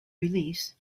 release